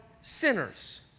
sinners